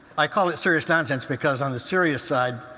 i called it serious nonsense because on the serious side,